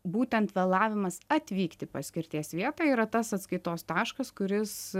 būtent vėlavimas atvykt į paskirties vietą yra tas atskaitos taškas kuris